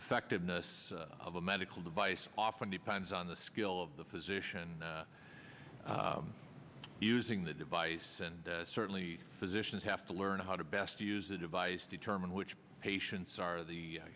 effectiveness of a medical device often depends on the skill of the physician using the device and certainly physicians have to learn how to best use a device determine which patients are the